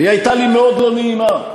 היא הייתה לי מאוד לא נעימה,